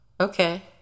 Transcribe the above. Okay